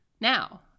Now